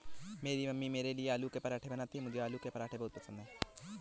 मेरी मम्मी मेरे लिए आलू के पराठे बनाती हैं मुझे आलू के पराठे बहुत पसंद है